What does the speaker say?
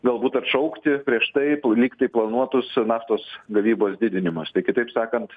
galbūt atšaukti prieš tai lyg tai planuotus naftos gavybos didinimus tai kitaip sakant